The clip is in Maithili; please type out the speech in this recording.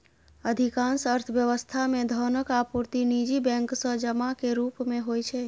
अधिकांश अर्थव्यवस्था मे धनक आपूर्ति निजी बैंक सं जमा के रूप मे होइ छै